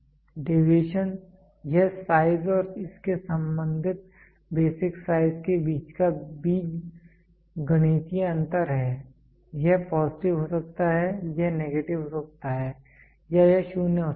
deviation यह size और इसके संबंधित बेसिक साइज के बीच का बीज गणितीय अंतर है यह पॉजिटिव हो सकता है यह नेगेटिव हो सकता है या यह 0 हो सकता है